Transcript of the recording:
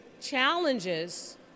challenges